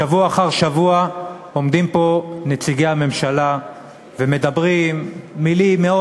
שבוע אחר שבוע עומדים פה נציגי הממשלה ומדברים במילים מאוד